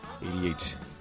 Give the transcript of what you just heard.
88